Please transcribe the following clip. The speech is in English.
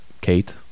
Kate